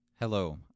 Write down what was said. Hello